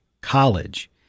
college